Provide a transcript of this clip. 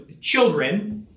children